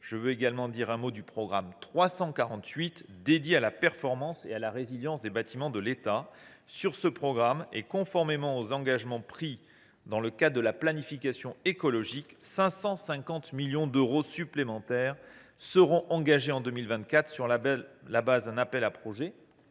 Je veux également dire un mot du programme 348, consacré à la performance et à la résilience des bâtiments de l’État. Conformément aux engagements pris dans le cadre de la planification écologique, 550 millions d’euros supplémentaires seront engagés en 2024 sur la base d’un appel à projets